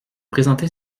présenter